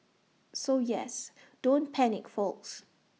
so yes don't panic folks